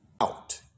out